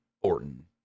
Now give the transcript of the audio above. Orton